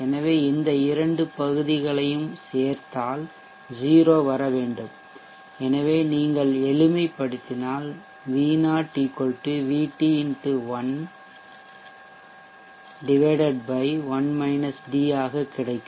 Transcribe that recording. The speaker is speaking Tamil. எனவே இந்த இரண்டு பகுதிகளும் சேர்த்தால் 0 வர வேண்டும் எனவே நீங்கள் எளிமைப்படுத்தினால் V0 VT x 1 ஆக கிடைக்கும்